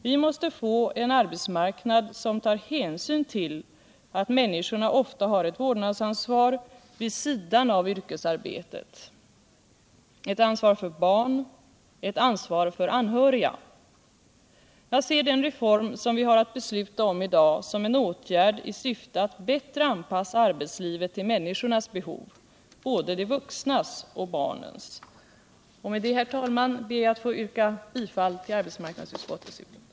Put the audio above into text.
Vi måste få en arbetsmarknad som tar hänsyn till att människorna ofta har ett vårdnadsansvar vid sidan av yrkesarbetet, ett ansvar för barn, ett ansvar för anhöriga. Jag ser den reform som vi har att besluta om i dag, som en åtgärd i syfte att bättre anpassa arbetslivet till människornas behov, både de vuxnas och barnens. Med detta. herr talman, ber jag att få yrka bifall till arbetsmarknadsutskotters betänkande.